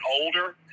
older